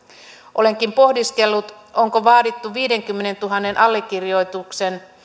olenkin pohdiskellut onko vaadittu viidenkymmenentuhannen allekirjoituksen